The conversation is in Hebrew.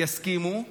יסכימו.